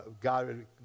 God